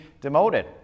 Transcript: demoted